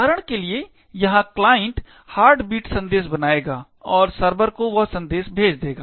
उदाहरण के लिए यहाँ क्लाइंट हार्टबीट संदेश बनाएगा और सर्वर को वह संदेश भेजेगा